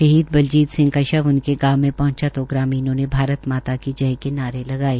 शहीद बलजीत सिंह का शव उनके गाँव में पहंचते ही ग्रामीणों ने भारत माता की जय के नारे लगाये